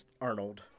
Arnold